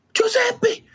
Giuseppe